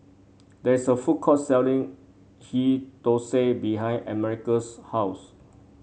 there is a food court selling Ghee Thosai behind America's house